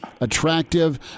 attractive